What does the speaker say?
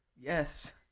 Yes